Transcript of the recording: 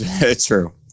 True